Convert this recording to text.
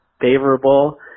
favorable